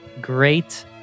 great